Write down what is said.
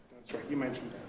that's right, you mentioned